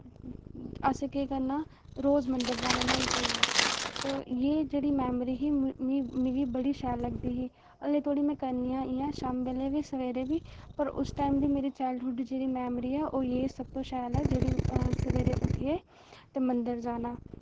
असें केह् करना रोज मंदर जाना न्हाई धोइयै तो ये जेह्ड़ी मैमरी ही मी मिकी बड़ी शाल लगदी ही हल्ले धोड़ी में करनी आं इ'यां शाम्मी बेल्लै बी सवेरे बी और उस टाइम दी मेरी चाइल्डहुड जेह्ड़ी मैमरी ऐ ओ ये सबतों शैल ऐ सवेरे उट्ठियै ते मंदर जाना